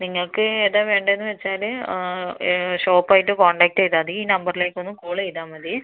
നിങ്ങൾക്ക് ഏതാണ് വേണ്ടതെന്ന് വെച്ചാൽ ആ ഷോപ്പ് ആയിട്ട് കോൺടാക്ട് ചെയ്താൽ മതി ഈ നമ്പറിലേക്ക് ഒന്ന് കോൾ ചെയ്താൽ മതി